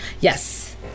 yes